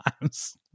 times